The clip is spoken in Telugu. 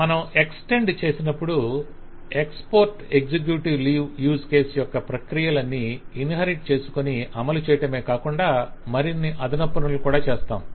మనం ఎక్స్టెండ్ చేసినప్పుడు export executive leave use case యొక్క ప్రక్రియాలన్నీ ఇన్హేరిట్ చేసుకొని అమలుచేయటమే కాకుండా మరిన్ని అదనపు పనులు కూడా చేస్తాము